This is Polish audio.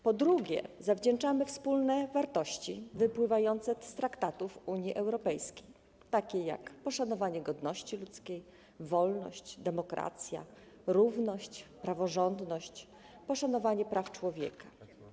Po drugie, zawdzięczamy wspólne wartości wypływające z traktatów Unii Europejskiej, takie jak: poszanowanie godności ludzkiej, wolność, demokracja, równość, praworządność, poszanowanie praw człowieka.